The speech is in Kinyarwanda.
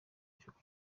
gihugu